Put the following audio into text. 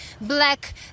black